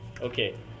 Okay